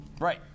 Right